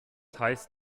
heißt